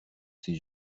ses